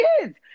kids